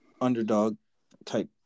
underdog-type